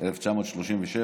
1937,